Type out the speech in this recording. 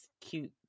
cute